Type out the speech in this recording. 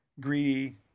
greedy